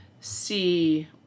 see